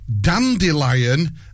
dandelion